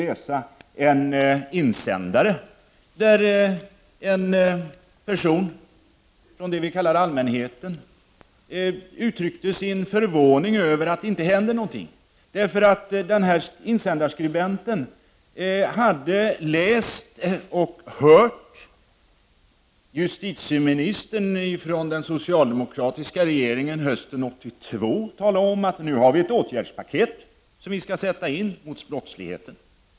Denna insändare var skriven av en person ur den s.k. allmänheten. Skribenten uttryckte sin förvåning över att ingenting händer. Skribenten hade nämligen läst och hört justitieministern från den socialdemokratiska regeringen hösten 1982 tala om att ett åtgärdspaket skulle sättas in mot brottsligheten.